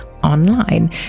online